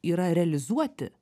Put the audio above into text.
yra realizuoti